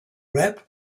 rap